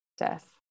death